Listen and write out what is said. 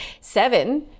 Seven